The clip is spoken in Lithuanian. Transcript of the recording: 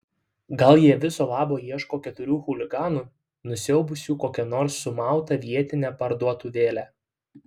gal jie viso labo ieško keturių chuliganų nusiaubusių kokią nors sumautą vietinę parduotuvėlę